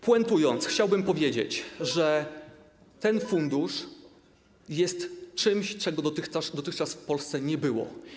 Puentując, chciałbym powiedzieć, że ten fundusz jest czymś, czego dotychczas w Polsce nie było.